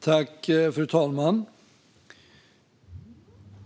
Fru talman!